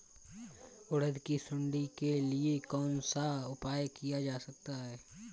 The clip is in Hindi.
उड़द की सुंडी के लिए कौन सा उपाय किया जा सकता है?